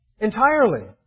Entirely